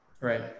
Right